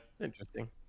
interesting